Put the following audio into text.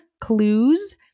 clues